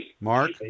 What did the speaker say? Mark